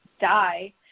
die